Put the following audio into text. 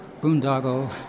boondoggle